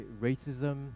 racism